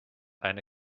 eine